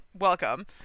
Welcome